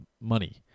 money